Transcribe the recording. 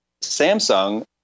Samsung